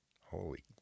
Holy